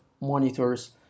monitors